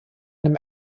einem